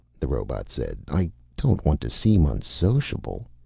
the robot said, i don't want to seem unsociable.